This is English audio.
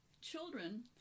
children